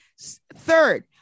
Third